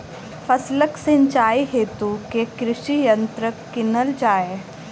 फसलक सिंचाई हेतु केँ कृषि यंत्र कीनल जाए?